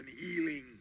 healing